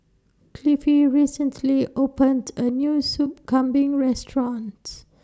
Cliffie recently opened A New Soup Kambing restaurants